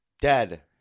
Dead